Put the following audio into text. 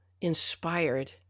inspired